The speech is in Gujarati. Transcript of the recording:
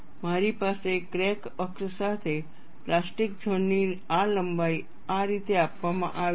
મારી પાસે ક્રેક અક્ષ સાથે પ્લાસ્ટિક ઝોન ની આ લંબાઈ આ રીતે આપવામાં આવી છે